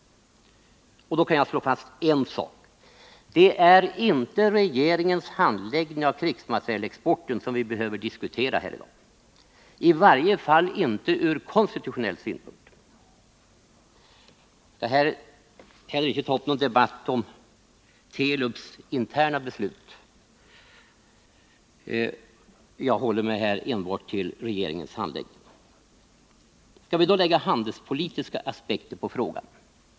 Därmed kan jag slå fast en sak: Det är inte regeringens handläggning av krigsmaterielexporten som vi behöver diskutera här i dag — i varje fall inte från konstitutionell synpunkt. Jag skall inte ta upp någon debatt om Telubs interna beslut. Jag håller mig här enbart till regeringens handläggning. Skall vi då lägga handelspolitiska aspekter på frågan?